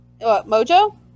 Mojo